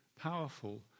powerful